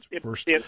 first